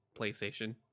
playstation